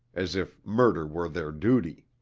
as if murder were their duty?